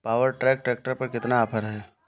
Power track tractor पर कितना offer है?